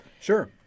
Sure